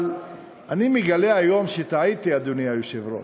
אבל אני מגלה היום שטעיתי, אדוני היושב-ראש.